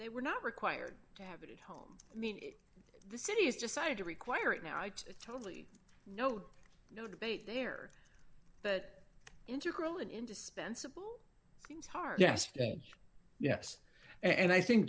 they were not required to have a home i mean the city has decided to require it now i totally know no debate there but integral and indispensable things hard yes yes and i think